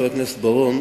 חבר הכנסת בר-און,